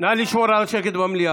הינה נתון שבוודאי לא יצא לכם להכיר.